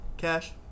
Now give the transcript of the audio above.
cash